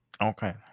Okay